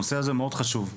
הנושא הזה מאוד חשוב.